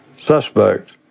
Suspect